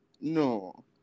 no